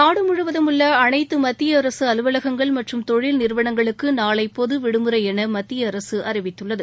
நாடுமுவதும் உள்ளஅனைத்துமத்தியஅரசுஅலுவலகங்கள் மற்றும் தொழில் நிறுவனங்களுக்குநாளைபொதுவிடுமுறைஎனமத்தியஅரசுஅறிவித்துள்ளது